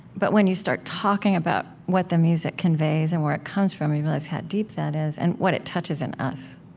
but when you start talking about what the music conveys and where it comes from, you realize how deep that is and what it touches in us